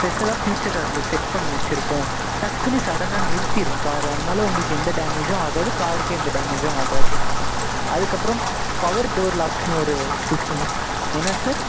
ஸ்பெஷல்லாக feature அதில் set பண்ணி வச்சுருக்கோம் டக்குன்னு சடனாக நிறுத்திரும் காரை அதனால் உங்களுக்கு எந்த டேமேஜும் ஆகாது காருக்கு எந்த டேமேஜும் ஆகாது அதுக்கப்புறம் பவர் டோர் லாக்ஸ்னு ஒரு சிஸ்டம் இருக்கு என்ன சார்